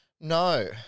No